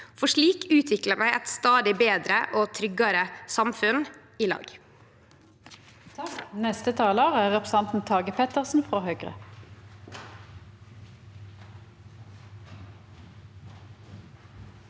Slik utviklar vi eit stadig betre og tryggare samfunn i lag.